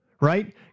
right